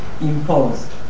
imposed